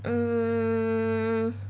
mm